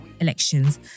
elections